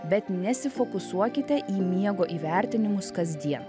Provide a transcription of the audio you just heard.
bet nesifokusuokite į miego įvertinimus kasdien